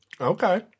Okay